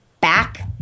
back